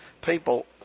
people